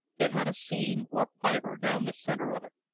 it had a seam or fibre down the centre of it,